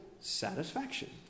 Satisfaction